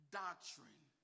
doctrine